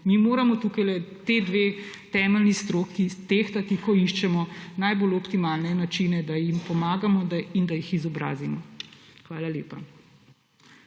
Mi moramo tukajle ti dve temeljni stroki tehtati, ko iščemo najbolj optimalne načine, da jim pomagamo in da jih izobrazimo. Hvala lepa.